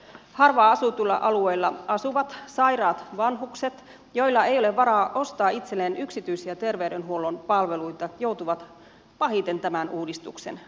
harvaan asutuilla alueilla asuvat sairaat vanhukset joilla ei ole varaa ostaa itselleen yksityisiä terveydenhuollon palveluita joutuvat pahiten tämän uudistuksen hampaisiin